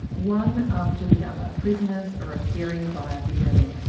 one after the other, prisoners are appearing via video link.